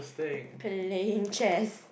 playing chess